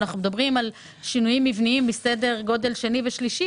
אנחנו מדברים על שינויים מבניים מסדר גודל שני ושלישי.